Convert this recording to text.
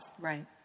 Right